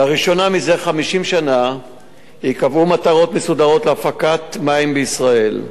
לראשונה מזה 50 שנה ייקבעו מטרות מסודרות להפקת מים בישראל,